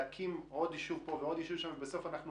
להקים עוד יישוב פה ועוד יישוב שם, בסוף אנחנו